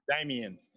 Damien